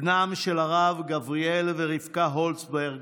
בנם של הרב גבריאל ורבקה הולצברג,